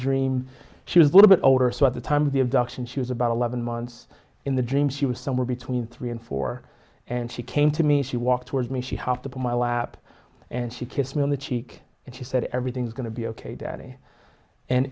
dream she was a little bit older so at the time of the abduction she was about eleven months in the dream she was somewhere between three and four and she came to me she walked towards me she hopped up on my lap and she kissed me on the cheek and she said everything's going to be ok daddy and